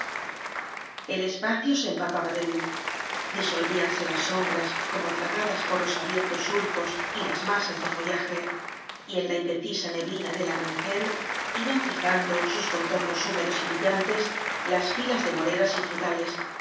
el espacio se empapaba de luz disolvíanse las sombras como tragadas por los abiertos surcos y las masas de follage y en la indecisa neblina del amanecer iban fijando sus contor húmedos nos y brillantes las filas de moreras y frutales